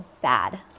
bad